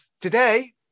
today